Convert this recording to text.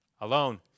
alone